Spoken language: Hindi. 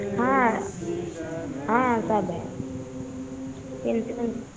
हाँ हाँ हाँ हाँ सब है पेंसिल